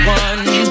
one